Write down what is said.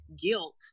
guilt